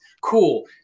Cool